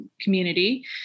community